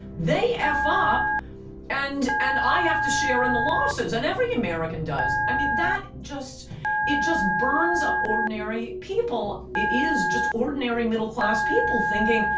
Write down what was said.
they f up and, and i have to share in the losses. and every american does. i mean, that just it just burns up ordinary people. it is just ordinary middle-class people thinking,